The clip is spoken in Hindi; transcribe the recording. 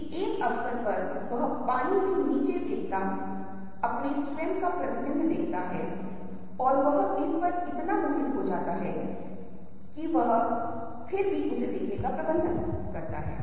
रूपों जो स्पष्ट रूप से उन्मुख हैं वे अर्थ की एक निश्चित भावना का संचार करते हैं आराम के आसन करते हैं लेकिन यहां तक कि अगर आप सिर्फ रंग को देखते हैं तो वे यहां एक महत्वपूर्ण भूमिका निभाते हैं